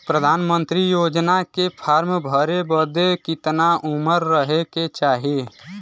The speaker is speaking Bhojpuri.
प्रधानमंत्री योजना के फॉर्म भरे बदे कितना उमर रहे के चाही?